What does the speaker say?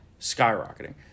Skyrocketing